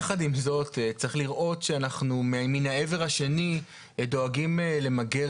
יחד עם זאת צריך לראות שאנחנו מן העבר השני דואגים למגר